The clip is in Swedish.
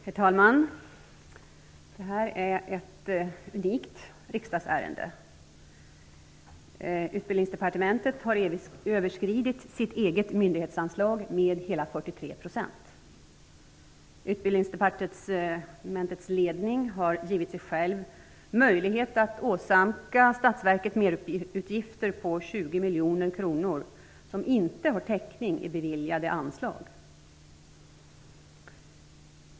Herr talman! Detta är ett unikt riksdagsärende. Utbildningsdepartementet har överskridit sitt eget myndighetsanslag med hela 43 %. Utbildningsdepartementets ledning har givit sig själv möjlighet att åsamka statsverket merutgifter på 20 miljoner kronor som inte har täckning i beviljade anslag.